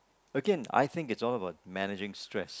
Again I think it's all about managing stress